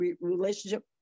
relationship